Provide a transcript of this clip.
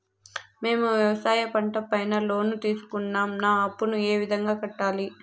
మేము వ్యవసాయ పంట పైన లోను తీసుకున్నాం నా అప్పును ఏ విధంగా కట్టాలి